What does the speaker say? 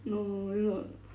no no it's not